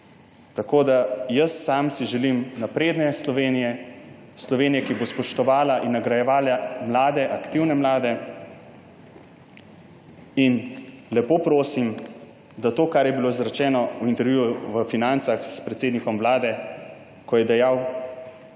naprej. Jaz sam si želim napredne Slovenije, Slovenije, ki bo spoštovala in nagrajevala mlade, aktivne mlade. Lepo prosim in upam, da to, kar je bilo izrečeno v intervjuju v Financah s predsednikom vlade, ko je dejal 24.